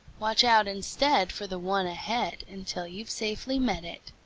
watch out instead for the one ahead until you've safely met it,